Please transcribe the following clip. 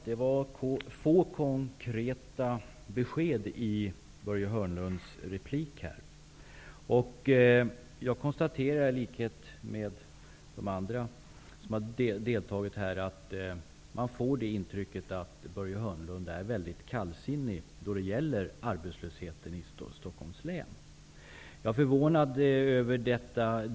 Herr talman! Börje Hörnlunds replik innehöll få konkreta besked. Jag konstaterar i likhet med de andra debattörerna i denna fråga att man får intrycket att Börje Hörnlund är mycket kallsinnig när det gäller arbetslösheten i Stockholms län. Jag är förvånad över detta.